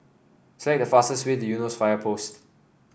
select the fastest way to Eunos Fire Post